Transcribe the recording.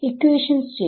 equations ചെയ്തു